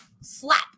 slap